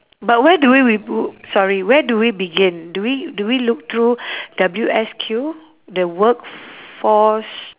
but where do we reboo~ sorry where do we begin do we do we look through W_S_Q the workforce